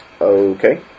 Okay